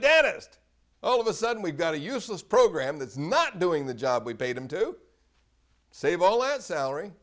dentist all of a sudden we've got a useless program that's not doing the job we paid them to save all that salary